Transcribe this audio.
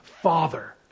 father